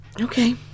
Okay